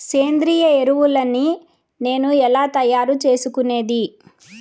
సేంద్రియ ఎరువులని నేను ఎలా తయారు చేసుకునేది?